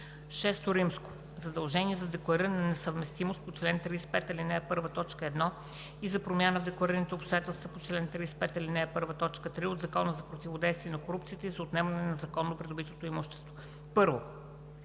избор. VI. Задължение за деклариране на несъвместимост по чл. 35, ал. 1, т. 1 и на промяна в декларираните обстоятелства по чл. 35, ал. 1, т. 3 от Закона за противодействие на корупцията и за отнемане на незаконно придобитото имущество 1.